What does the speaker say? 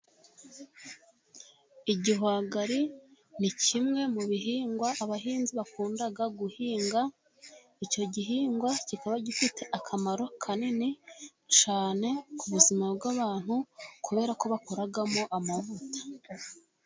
Igihwagari ni kimwe mu bihingwa abahinzi bakunda guhinga. Icyo gihingwa kikaba gifite akamaro kanini cyane ku buzima bw'abantu, kubera ko bakoramo amavuta.